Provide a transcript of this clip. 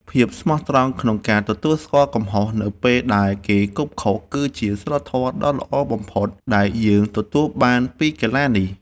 ភាពស្មោះត្រង់ក្នុងការទទួលស្គាល់កំហុសនៅពេលដែលគប់ខុស គឺជាសីលធម៌ដ៏ល្អបំផុតដែលយើងទទួលបានពីកីឡានេះ។